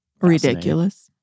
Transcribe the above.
Ridiculous